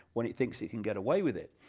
when it thinks he can get away with it.